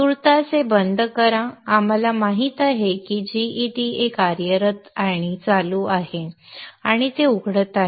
तूर्तास हे बंद करा आम्हाला माहित आहे की gEDA कार्यरत आणि चालू आहे आणि ते उघडत आहे